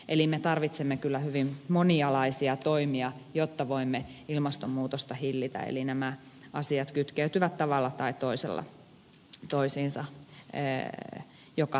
eli me tarvitsemme kyllä hyvin monialaisia toimia jotta voimme ilmastonmuutosta hillitä eli nämä asiat kytkeytyvät tavalla tai toisella toisiinsa joka tapauksessa